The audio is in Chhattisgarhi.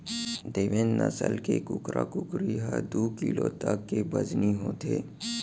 देवेन्द नसल के कुकरा कुकरी ह दू किलो तक के बजनी होथे